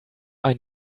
einen